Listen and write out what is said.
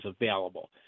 available